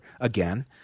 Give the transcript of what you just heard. again